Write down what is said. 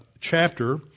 chapter